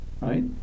Right